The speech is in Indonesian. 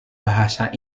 bahasa